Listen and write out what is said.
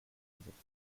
gesetzt